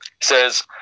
says